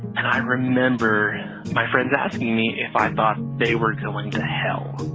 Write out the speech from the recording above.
and i remember my friends asking me if i thought they were going to hell.